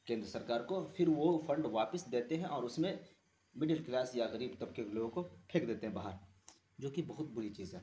کیندر سرکار کو پھر وہ فنڈ واپس دیتے ہیں اور اس میں مڈل کلاس یا غریب طبقے کے لوگوں کو پھینک دیتے ہیں باہر جو کہ بہت بری چیز ہے